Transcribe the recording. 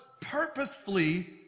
purposefully